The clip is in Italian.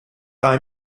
time